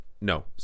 No